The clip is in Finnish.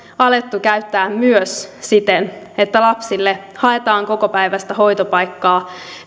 alettu käyttää myös siten että lapsille haetaan kokopäiväistä hoitopaikkaa